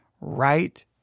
right